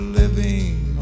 living